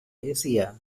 asia